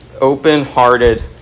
open-hearted